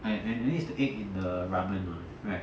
like and it needs the egg in the ramen mah right